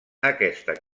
aquesta